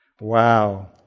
Wow